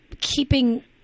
keeping